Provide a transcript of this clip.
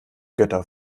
götter